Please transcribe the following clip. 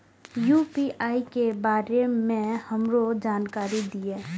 UPI के बारे में हमरो जानकारी दीय?